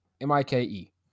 M-I-K-E